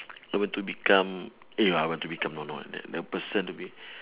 I want to become eh I want to become no no that that person to be